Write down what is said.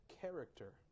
character